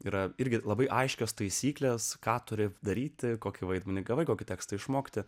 yra irgi labai aiškios taisyklės ką turi daryti kokį vaidmenį gavai kokį tekstą išmokti